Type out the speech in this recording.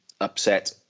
upset